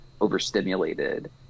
overstimulated